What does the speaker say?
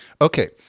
Okay